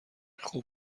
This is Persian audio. خوب